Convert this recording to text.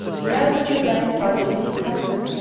the hours of the day, by judean custom,